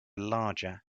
larger